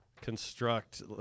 construct